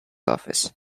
office